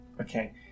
okay